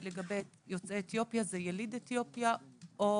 לגבי יוצאי אתיופיה זה יליד אתיופיה או